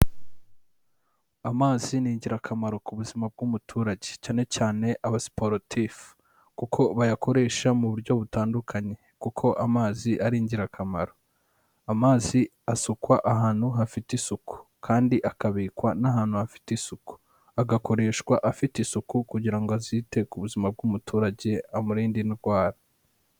Amazi ni ingirakamaro ku buzima bw'umuturage, cyane cyane aba sportif Kuko bayakoresha mu buryo butandukanye Kuko amazi ari ingirakamaro. Amazi asukwa ahantu hafite isuku Kandi akabikwa n'ahantu hafite isuku, gakoreshwa afite isuku kugira ngo azite ku buzima bw'umuturage amurinda indwara.